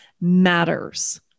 matters